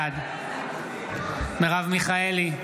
בעד מרב מיכאלי,